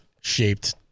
shaped